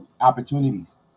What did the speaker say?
opportunities